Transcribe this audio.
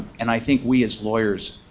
and i think we as lawyers